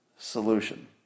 solution